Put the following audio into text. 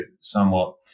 somewhat